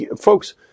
folks